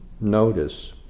notice